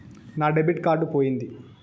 నా debit card పోయింది